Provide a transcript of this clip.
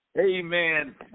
amen